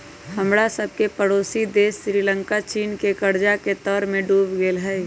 हमरा सभके पड़ोसी देश श्रीलंका चीन के कर्जा के तरमें डूब गेल हइ